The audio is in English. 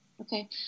Okay